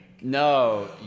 No